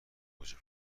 گوجه